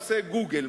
"עושה גוגל",